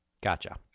Gotcha